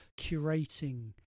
curating